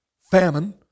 famine